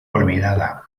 olvidada